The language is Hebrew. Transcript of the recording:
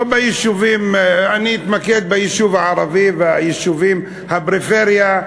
אני אתמקד ביישוב הערבי וביישובי הפריפריה,